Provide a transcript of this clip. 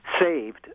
saved